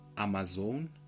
Amazon